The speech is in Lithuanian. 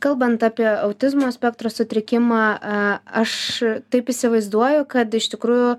kalbant apie autizmo spektro sutrikimą aš taip įsivaizduoju kad iš tikrųjų